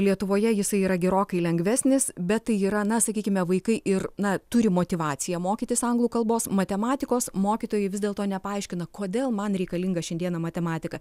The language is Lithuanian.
lietuvoje jisai yra gerokai lengvesnis bet tai yra na sakykime vaikai ir na turi motyvaciją mokytis anglų kalbos matematikos mokytojai vis dėlto nepaaiškina kodėl man reikalinga šiandieną matematika